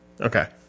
Okay